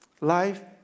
Life